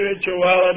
spirituality